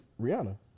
Rihanna